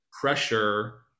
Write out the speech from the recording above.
pressure